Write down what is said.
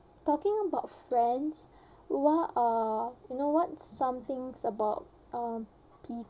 talking about friends what are you know what some things about um pe~